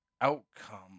outcome